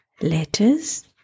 letters